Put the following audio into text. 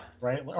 Right